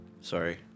Sorry